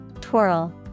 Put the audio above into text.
Twirl